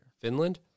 Finland